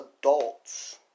adults